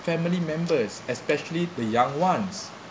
family members especially the young ones